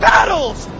Battles